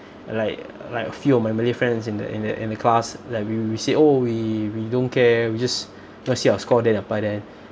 like like a few of my malay friends in the in the in the class like we we say oh we we don't care we just let's see our score then apply then